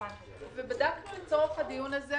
בדקנו לצורך הדיון הזה,